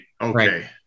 okay